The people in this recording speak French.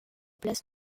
places